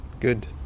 Good